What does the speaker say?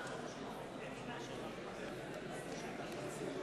בילסקי, מצביע בנימין בן-אליעזר,